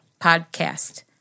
Podcast